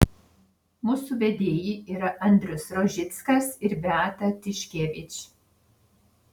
mūsų vedėjai yra andrius rožickas ir beata tiškevič